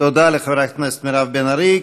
תודה לחברת הכנסת מירב בן ארי.